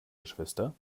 geschwister